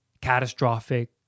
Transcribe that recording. catastrophic